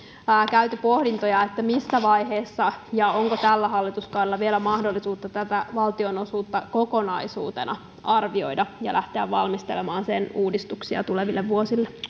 käyty pohdintoja että missä vaiheessa on ja onko tällä hallituskaudella vielä mahdollisuutta tätä valtionosuutta kokonaisuutena arvioida ja lähteä valmistelemaan sen uudistuksia tuleville vuosille